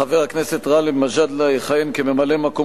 חבר הכנסת גאלב מג'אדלה יכהן כממלא-מקום